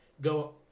go